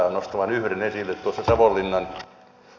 nostan vain yhden esille